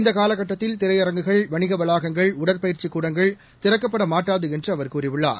இந்தகாலகட்டத்தில் திரையரங்குகள் வணிகவளாகங்கள் உடற்பயிற்சிக் கூடங்கள் திறக்கப்படமாட்டாதுஎன்றுஅவர் கூறியுள்ளார்